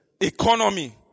economy